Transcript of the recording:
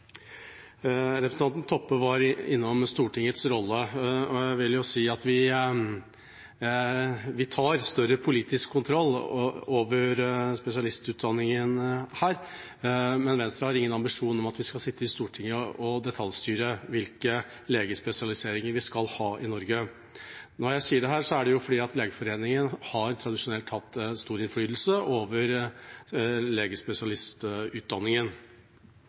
Representanten Toppe var innom Stortingets rolle. Jeg vil si at vi her tar større politisk kontroll over spesialistutdanningen, men Venstre har ingen ambisjon om at vi skal sitte i Stortinget og detaljstyre hvilke legespesialiseringer vi skal ha i Norge. Når jeg sier dette, er det fordi Legeforeningen tradisjonelt har hatt stor innflytelse over legespesialistutdanningen.